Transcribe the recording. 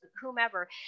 whomever